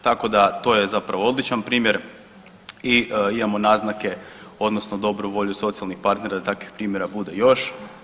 Tako da, to je zapravo odličan primjer i imamo naznake odnosno dobru volju socijalnih partnera da takvih primjera bude još.